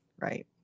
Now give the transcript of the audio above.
Right